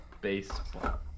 baseball